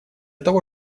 того